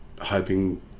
hoping